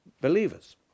believers